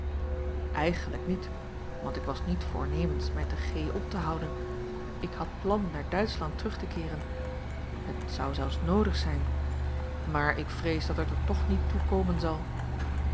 eigenlijk niet want ik was niet voornemens mij teg op te houden ik had plan naar duitschland terug te keeren het zou zelfs noodig zijn maar ik vrees dat het er toch niet toe